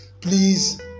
Please